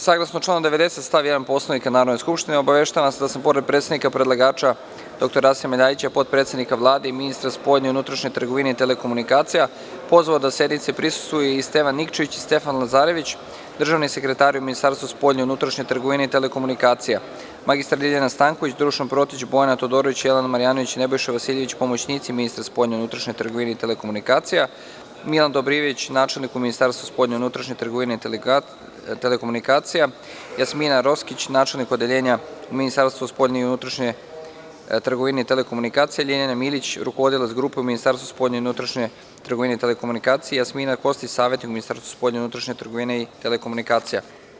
Saglasno članu 90. stav 1. Poslovnika Narodne skupštine, obaveštavam vas da sam pored predstavnika predlagača dr Rasima Ljajića, potpredsednika Vlade i ministra spoljne i unutrašnje trgovine i telekomunikacija, pozvao da sednici prisustvuju i Stevan Nikčević, Stefan Lazarević, državni sekretari u Ministarstvu spoljne i unutrašnje trgovine i telekomunikacija; mr Ljiljana Stanković, Dušan Protić, Bojana Todorović, Jelena Marjanović i Nebojša Vasiljević, pomoćnici ministra spoljne i unutrašnje trgovine i telekomunikacija; Milan Dobrijević, načelnik u Ministarstvu spoljne i unutrašnje trgovine i telekomunikacija; Jasmina Roskić, načelnik Odeljenja u Ministarstvu spoljne i unutrašnje trgovine i telekomunikacija; Ljiljana Milić, rukovodilac Grupe u Ministarstvu spoljne i unutrašnje trgovine i telekomunikacija; Jasmina Kostić, savetnik u Ministarstvu spoljne i unutrašnje trgovine i telekomunikacija.